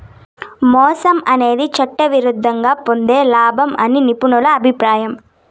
మోసం అనేది చట్టవిరుద్ధంగా పొందే లాభం అని నిపుణుల అభిప్రాయం